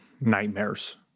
nightmares